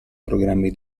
programmi